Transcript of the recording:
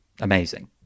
amazing